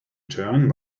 turn